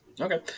Okay